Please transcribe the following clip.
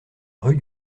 rue